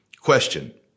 Question